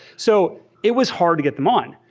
so it was hard to get them on.